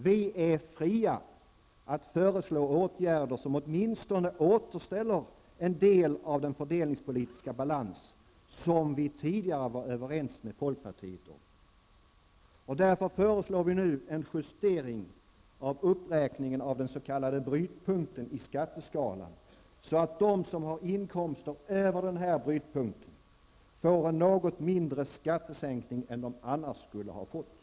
Vi är fria att föreslå åtgärder som åtminstone återställer en del av den fördelningspolitiska balans varom vi tidigare var överens med folkpartiet. Därför föreslår vi nu en justering av uppräkningen av den s.k. brytpunkten i skatteskalan så att de som har inkomster över denna brytpunkt får en något mindre skattesänkning än de annars skulle ha fått.